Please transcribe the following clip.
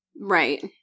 Right